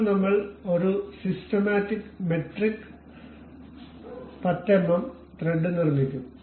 ഇപ്പോൾ നമ്മൾ ഒരു സിസ്റ്റമാറ്റിക് മെട്രിക് 10 എംഎം ത്രെഡ് നിർമ്മിക്കും